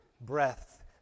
breath